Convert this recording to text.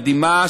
מדהימה,